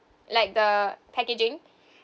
like the packaging